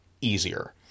easier